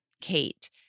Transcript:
Kate